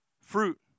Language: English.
fruit